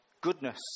goodness